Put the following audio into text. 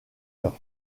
heure